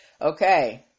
Okay